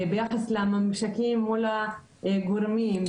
ביחס לממשקים או לגורמים,